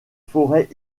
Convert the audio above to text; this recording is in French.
forêts